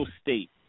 State